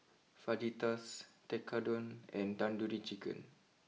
Fajitas Tekkadon and Tandoori Chicken